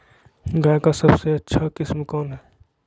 गाय का सबसे अच्छा किस्म कौन हैं?